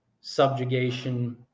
subjugation